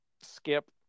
Skip